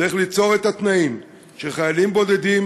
צריך ליצור את התנאים שחיילים בודדים